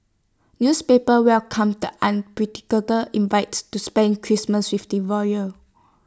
newspapers welcomed an predictor invite to spend Christmas with the royals